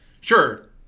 sure